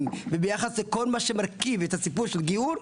וביחס לכל מה שמרכיב את הסיפור של גיור,